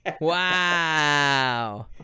Wow